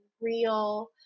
real